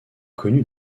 connu